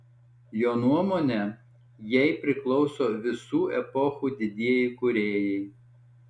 jo nuomone jai priklauso visų epochų didieji kūrėjai